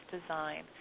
design